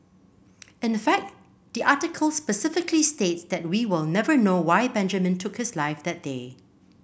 in a fact the article specifically states that we will never know why Benjamin took his life that day